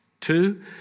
Two